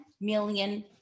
million